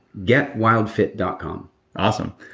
getwildfit dot com awesome.